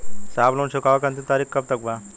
साहब लोन चुकावे क अंतिम तारीख कब तक बा?